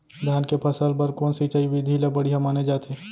धान के फसल बर कोन सिंचाई विधि ला बढ़िया माने जाथे?